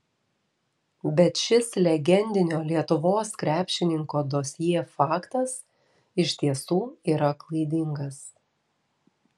bet šis legendinio lietuvos krepšininko dosjė faktas iš tiesų yra klaidingas